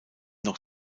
noch